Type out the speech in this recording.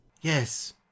Yes